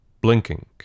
blinking